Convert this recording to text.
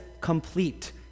complete